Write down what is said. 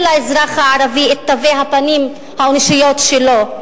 לאזרח הערבי את תווי הפנים האנושיות שלו,